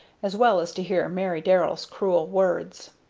as well as to hear mary darrell's cruel words.